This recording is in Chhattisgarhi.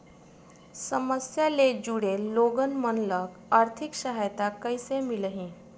समस्या ले जुड़े लोगन मन ल आर्थिक सहायता कइसे मिलही?